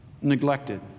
neglected